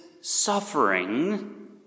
suffering